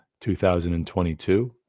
2022